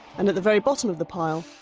and, at the very bottom of the pile,